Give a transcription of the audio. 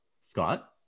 Scott